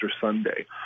Sunday